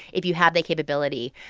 if you have the capability.